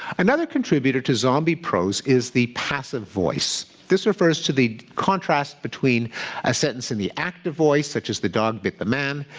another contributor to zombie prose is the passive voice. this refers to the contrast between a sentence in the active voice, such as the dog bit the man,